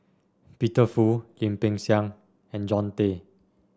Peter Fu Lim Peng Siang and Jean Tay